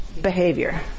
behavior